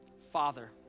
Father